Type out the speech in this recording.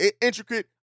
intricate